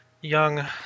young